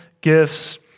gifts